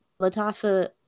Latasha